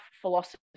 philosophy